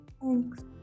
thanks